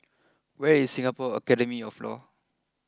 where is Singapore Academy of Law